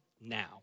now